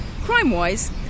Crime-wise